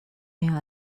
near